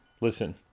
listen